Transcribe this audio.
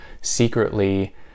secretly